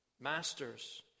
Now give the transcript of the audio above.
Masters